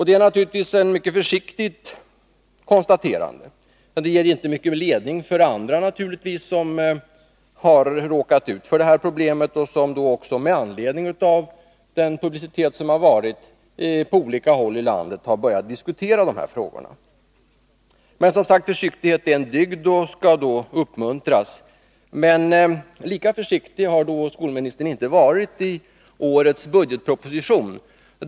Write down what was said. Det är naturligtvis ett mycket försiktigt konstaterande, och det ger självfallet inte mycken ledning för andra som har råkat ut för samma problem och som med anledning av den publicitet som varit, på olika håll i landet har börjat diskutera dessa frågor. Försiktighet är som sagt en dygd och skall uppmuntras. Men lika försiktig har skolministern inte varit i årets budgetproposition.